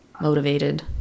motivated